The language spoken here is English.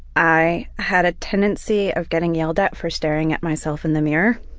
i had a tendency of getting yelled at for staring at myself in the mirror.